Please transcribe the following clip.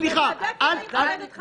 אני מכבדת אותך אבל למה אתה נותן לו לדבר?